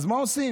אז מה עושים?